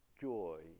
joy